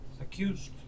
accused